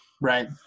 Right